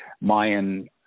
Mayan